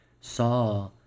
saw